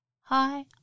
Hi